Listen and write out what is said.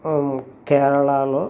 కేరళాలో